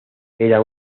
era